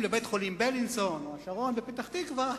לבית-חולים "בילינסון" או "השרון" בפתח-תקווה,